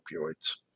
opioids